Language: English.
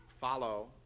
follow